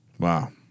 Wow